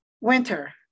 winter